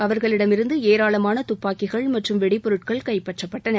அவர்களிடமிருந்து ஏராளமான துப்பாக்கிகள் மற்றும் வெடிப்பொருட்கள் கைப்பற்றப்பட்டன